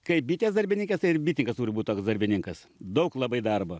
kaip bitės darbinykės tai ir bitininkas turi būt toks darbininkas daug labai darbo